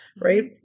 right